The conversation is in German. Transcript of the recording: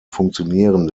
funktionieren